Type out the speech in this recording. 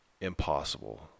impossible